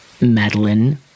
Madeline